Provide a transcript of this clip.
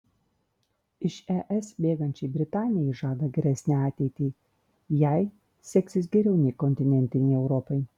iš es bėgančiai britanijai žada geresnę ateitį jai seksis geriau nei kontinentinei europai